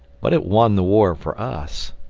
but it won the war for us.